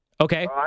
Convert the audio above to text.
Okay